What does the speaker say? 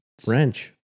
French